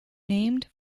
named